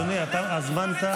אז אל תתנשא עלינו.